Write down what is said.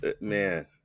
man